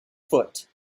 foot